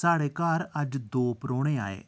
साढ़े घर अज्ज दो परौह्ने आए